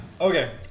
Okay